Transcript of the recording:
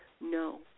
no